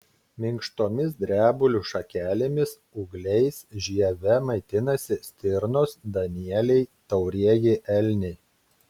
minkštomis drebulių šakelėmis ūgliais žieve maitinasi stirnos danieliai taurieji elniai